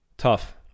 tough